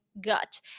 gut